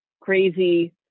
crazy